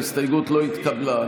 ההסתייגות לא התקבלה.